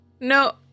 No